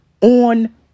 on